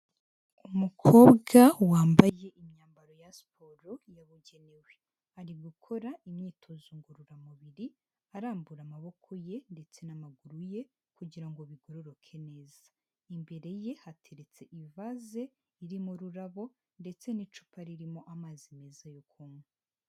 Umukobwa wambaye imyambaro ya siporo yabugenewe, ari gukora imyitozo ngororamubiri arambura amaboko ye ndetse n'amaguru ye kugira ngo bigororoke neza, imbere ye hateretse ivase iririmo ururabo ndetse n'icupa ririmo amazi meza yo kunywa.